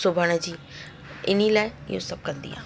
सिबण जी इन लाइ इहो सभु कंदी आहियां